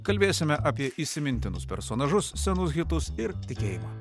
kalbėsime apie įsimintinus personažus senus hitus ir tikėjimą